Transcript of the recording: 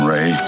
Ray